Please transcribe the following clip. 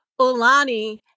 Olani